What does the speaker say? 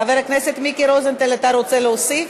חבר הכנסת מיקי רוזנטל, אתה רוצה להוסיף?